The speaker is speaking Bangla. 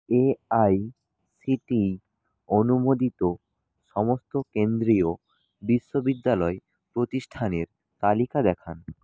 এআইসিটিই অনুমোদিত সমস্ত কেন্দ্রীয় বিশ্ববিদ্যালয় প্রতিষ্ঠানের তালিকা দেখান